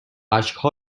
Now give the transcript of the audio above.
اشکها